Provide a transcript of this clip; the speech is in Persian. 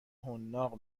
حناق